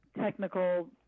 technical